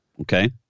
Okay